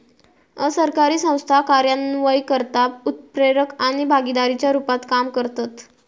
असरकारी संस्था कार्यान्वयनकर्ता, उत्प्रेरक आणि भागीदाराच्या रुपात काम करतत